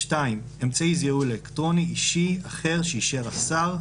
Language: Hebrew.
(2) אמצעי זיהוי אלקטרוני אישי אחר שאישר השר,